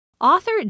Author